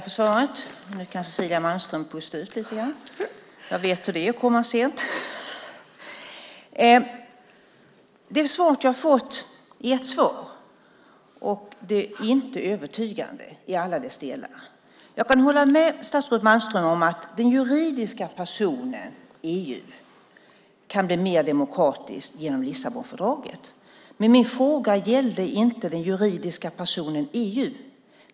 Fru talman! Tack för svaret. Det svar jag har fått är ett svar men det är inte övertygande i alla delar. Jag kan hålla med statsrådet Malmström om att den juridiska personen EU kan bli mer demokratisk genom Lissabonfördraget. Men min fråga gällde inte den juridiska personen EU.